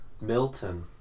Milton